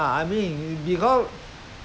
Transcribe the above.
grow up they can think